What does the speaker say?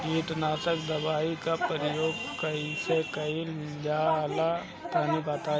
कीटनाशक दवाओं का प्रयोग कईसे कइल जा ला तनि बताई?